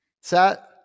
Set